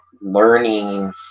learning